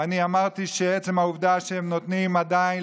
אני אמרתי שעצם העובדה שהם נותנים עדיין